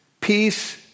Peace